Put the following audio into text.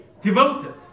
devoted